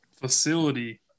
facility